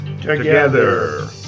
together